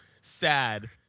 sad